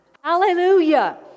Hallelujah